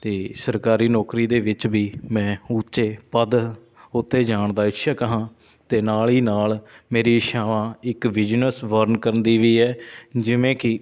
ਅਤੇ ਸਰਕਾਰੀ ਨੌਕਰੀ ਦੇ ਵਿੱਚ ਵੀ ਮੈਂ ਉੱਚੇ ਪਦ ਉੱਤੇ ਜਾਣ ਦਾ ਇੱਛਕ ਹਾਂ ਅਤੇ ਨਾਲ ਹੀ ਨਾਲ ਮੇਰੀ ਇੱਛਾਵਾਂ ਇੱਕ ਬਿਜਨਸ ਬਰਨ ਕਰਨ ਦੀ ਵੀ ਹੈ ਜਿਵੇਂ ਕਿ